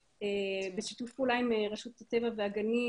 בשיתוף פעולה עם רשות הטבע והגנים,